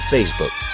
Facebook